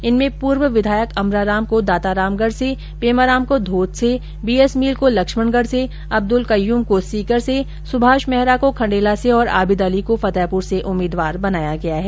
इनमें पूर्व विधायक अमराराम को दातारामगढ से पेमाराम को धोद से बी एस मील को लक्ष्मणगढ से अब्दुल कय्यूम को सीकर से सुभाष मेहरा को खण्डेला से और आबिद अली को फतेहपुर से उम्मीदवार बनाया गया है